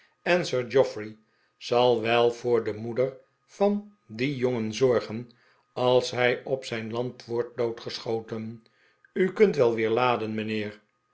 sir geoffrey zal wel voor de moeder van dien jongen zorgen als hij op zijn land wordt doodgeschoten u kunt wel weer laden mijnheer